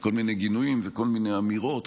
כל מיני גינויים וכל מיני אמירות,